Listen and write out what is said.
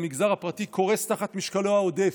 המגזר הפרטי קורס תחת משקלו העודף.